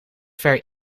ver